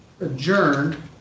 adjourned